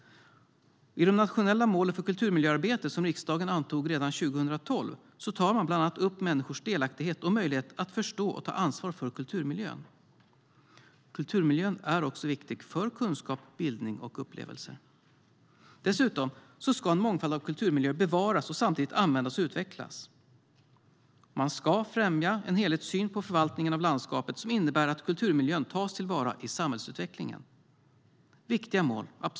I de nationella målen för kulturmiljöarbetet som riksdagen antog 2012 tar man bland annat upp människors delaktighet och möjlighet att förstå och ta ansvar för kulturmiljön. Kulturmiljön är också viktig för kunskap, bildning och upplevelser. Dessutom ska en mångfald av kulturmiljöer bevaras och samtidigt användas och utvecklas. Man ska främja en helhetssyn på förvaltningen av landskapet, som innebär att kulturmiljön tas till vara i samhällsutvecklingen. Det är viktiga mål.